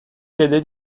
cadet